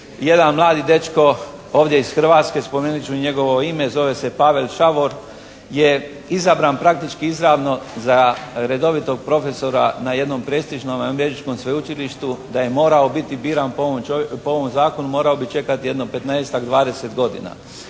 jedan mladi dečko ovdje iz Hrvatske, spomenuti ću i njegovo ime, zove se Pavel Šavor je izabran praktički izravno za redovitog profesora na jednom prestižnome američkom sveučilištu. Da je morao biti biran po ovom zakonu morao bi čekati jedno 15-ak, 20 godina.